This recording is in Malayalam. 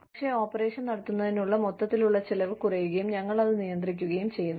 പക്ഷേ ഓപ്പറേഷൻ നടത്തുന്നതിനുള്ള മൊത്തത്തിലുള്ള ചെലവ് കുറയുകയും ഞങ്ങൾ അത് നിയന്ത്രിക്കുകയും ചെയ്യുന്നു